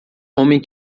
homem